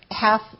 half